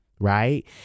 right